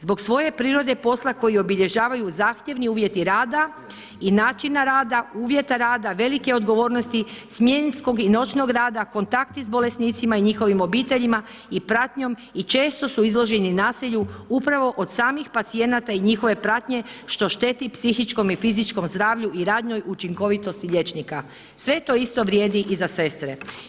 Zbog svoje prirode posla koju obilježavaju zahtjevni uvjeti rada i načina rada, uvjeta rada, velike odgovornosti, smjenskog i noćnog rada, kontakti s bolesnicima i njihovim obiteljima i pratnjom i često su izloženi nasilju upravo od samih pacijenata i njihove pratnje što šteti psihičkom i fizičkom zdravlju i radnoj učinkovitosti liječnika, sve to isto vrijedi i za sestre.